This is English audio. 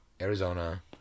Arizona